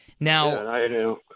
Now